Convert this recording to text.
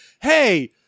hey